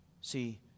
See